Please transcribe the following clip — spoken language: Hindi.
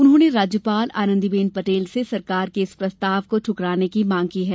उन्होंने राज्यपाल आनंदीबेन पटेल से सरकार के इस प्रस्ताव को ठुकराने की मांग की है